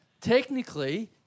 technically